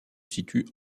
situe